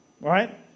right